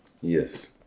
Yes